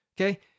okay